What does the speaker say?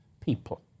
people